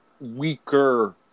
weaker